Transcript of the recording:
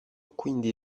quindi